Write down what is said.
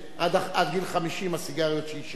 עד גיל 50 הסיגריות שעישנתי.